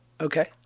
Okay